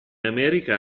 america